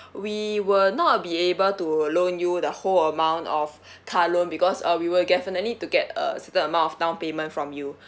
we will not be able to loan you the full amount of car loan because uh we will definitely need to get uh certain amount of down payment from you